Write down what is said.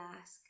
ask